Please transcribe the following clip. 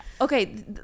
okay